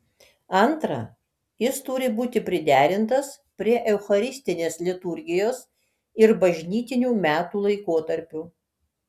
antra jis turi būti priderintas prie eucharistinės liturgijos ir bažnytinių metų laikotarpių